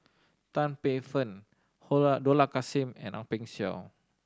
Tan Paey Fern Dollah Kassim and Ang Peng Siong